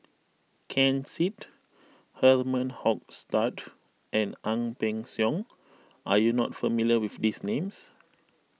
Ken Seet Herman Hochstadt and Ang Peng Siong are you not familiar with these names